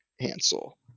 Hansel